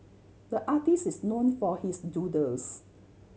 the artist is known for his doodles